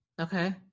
Okay